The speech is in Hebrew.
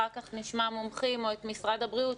אחר כך נשמע מומחים או את משרד הבריאות.